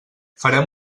farem